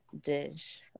dish